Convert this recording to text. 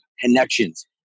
connections